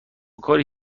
کاری